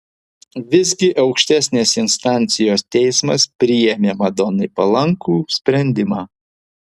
visgi aukštesnės instancijos teismas priėmė madonai palankų sprendimą